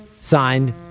Signed